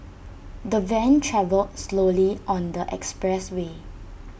the van travelled slowly on the expressway